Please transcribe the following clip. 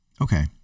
Okay